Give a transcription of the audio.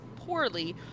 Poorly